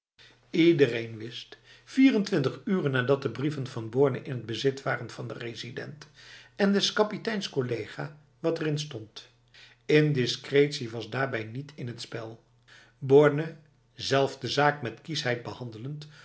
ledereen wist vierentwintig uren nadat de brieven van borne in t bezit waren van de resident en des kapiteins collega wat erin stond indiscretie was daarbij niet in t spel borne zelf de zaak met kiesheid behandelend